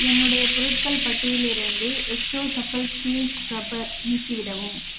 என்னுடைய பொருட்கள் பட்டியலிலிருந்து எக்ஸோ ஸஃபல் ஸ்டீல் ஸ்க்ரப்பர் நீக்கிவிடவும்